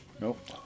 Nope